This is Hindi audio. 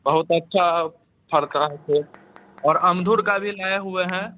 बहुत अच्छा और अंगूर का भी लाए हुए हैं